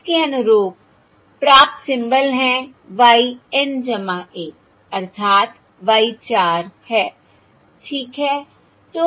इसके अनुरूप प्राप्त सिम्बल है y N 1 अर्थात y 4 है ठीक है